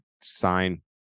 sign